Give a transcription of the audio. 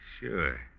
Sure